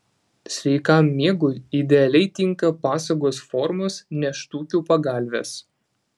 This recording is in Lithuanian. sveikam miegui idealiai tinka pasagos formos nėštukių pagalvės